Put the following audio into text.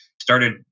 Started